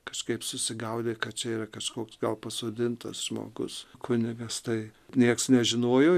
kažkaip susigaudė kad čia yra kažkoks gal pasodintas žmogus kunigas tai nieks nežinojo